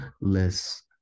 less